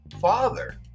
father